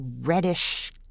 reddish